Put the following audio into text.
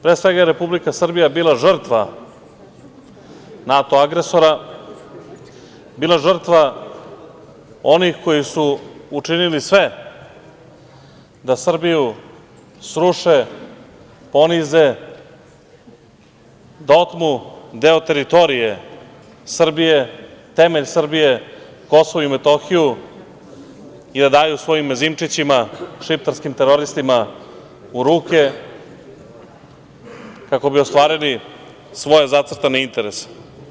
Pre svega, Republika Srbija je bila žrtva NATO agresora, bila žrtva onih koji su učinili sve da Srbiju sruše, ponize, da otmu deo teritorije Srbije, temelj Srbije, Kosovo i Metohiju i da daju svojim mezimčićima, šiptarskim teroristima u ruke kako bi ostvarili svoje zacrtane interese.